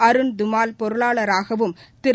அருண் துமால் பொருளாளராகவும் திரு